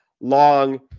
long